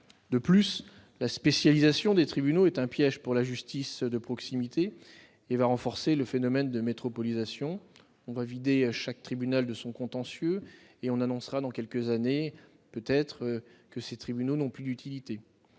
De plus, la spécialisation des tribunaux est un piège pour la justice de proximité et renforcera le phénomène de métropolisation. On va vider chaque tribunal de son contentieux et on annoncera dans quelques années, peut-être, que les tribunaux n'ont plus d'utilité.